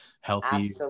healthy